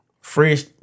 Fresh